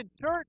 church